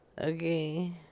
Okay